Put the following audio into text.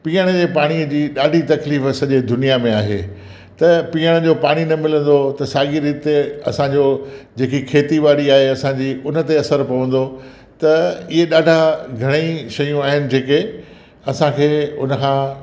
पीअण जे पाणीअ जी ॾाढी तकलीफ़ सॼी दुनिया में आहे त पीअण जो पाणी न मिलंदो त साॻिए रीति असांजो जेकी खेती ॿाड़ी आहे असांजी उन ते असरु पवंदो त इहे ॾाढा घणेई शयूं आहिनि जेके असांखे उन खां